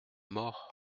mort